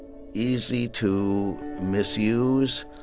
easy to misuse,